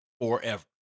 forever